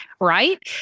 right